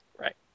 Right